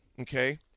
Okay